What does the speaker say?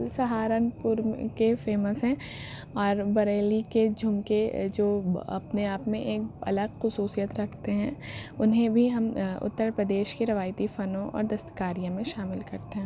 سہارنپور کے فیمس ہیں اور بریلی کے جھمکے جو اپنے آپ میں ایک الگ خصوصیت رکھتے ہیں انہیں بھی ہم اتر پردیش کے روایتی فنوں اور دستکاریوں میں شامل کرتے ہیں